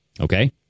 Okay